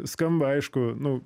skamba aišku nu